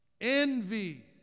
envy